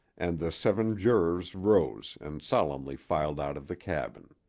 and the seven jurors rose and solemnly filed out of the cabin.